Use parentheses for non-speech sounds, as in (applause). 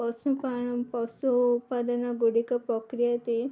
(unintelligible)